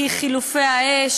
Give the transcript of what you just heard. כי חילופי האש,